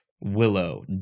Willow